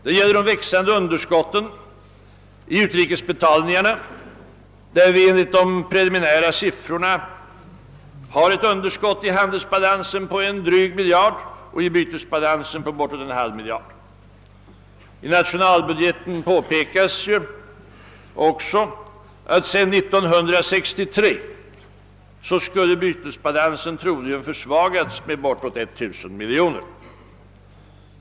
Det gäller det växande underskottet i utrikesbetalningarna, där vi enligt de preliminära siffrorna har ett underskott i handelsbalansen på en dryg miljard och i bytesbalansen på bortåt en halv miljard kronor. I nationalbudgeten påpekas också att sedan 1963 har bytesbalansen troligen försvagats med bortåt en miljard kronor.